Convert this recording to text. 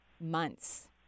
months